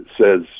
says